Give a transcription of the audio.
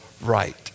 right